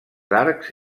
arcs